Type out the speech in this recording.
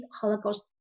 Holocaust